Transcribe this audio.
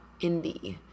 indie